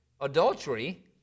adultery